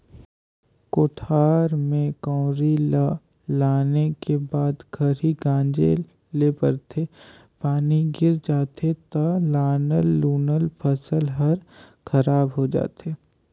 कोठार में कंवरी ल लाने के बाद खरही गांजे ले परथे, पानी गिर जाथे त लानल लुनल फसल हर खराब हो जाथे